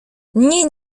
nie